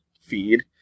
feed